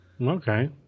Okay